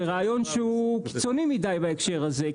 זה רעיון שהוא קיצוני מידי בהקשר הזה.